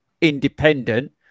independent